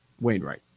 Wainwright